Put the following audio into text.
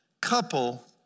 couple